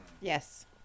Yes